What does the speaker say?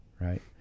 right